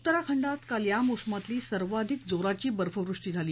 उत्तराखंडात काल या मोसमातली सर्वाधिक जोराची बर्फवृष्टी झाली